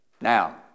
Now